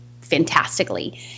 fantastically